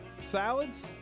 salads